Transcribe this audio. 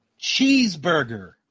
Cheeseburger